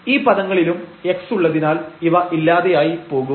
ഈ പദങ്ങളിലും x ഉള്ളതിനാൽ ഇവ ഇല്ലാതെയായി പോകും